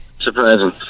Surprising